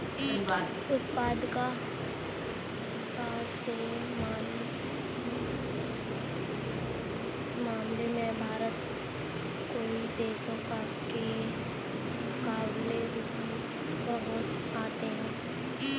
उत्पादकता के मामले में भारत कई देशों के मुकाबले बहुत आगे है